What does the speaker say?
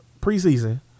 preseason